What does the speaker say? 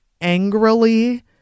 angrily